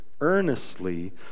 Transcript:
earnestly